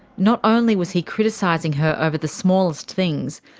not only was he criticising her over the smallest things,